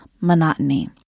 monotony